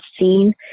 seen